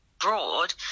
broad